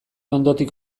ondotik